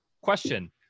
question